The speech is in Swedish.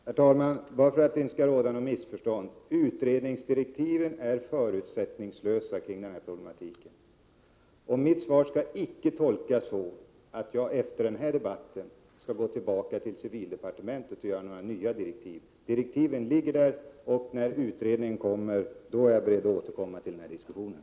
Herr talman! Bara för att undvika missförstånd vill jag säga följande. Utredningsdirektiven är förutsättningslösa när det gäller den här problematiken. Mitt svar skall alltså icke tolkas så, att jag efter den här debatten går till civildepartementet för att åstadkomma nya direktiv. Direktiven ligger således fast. När utredningen är klar, är jag beredd att återkomma till den här diskussionen.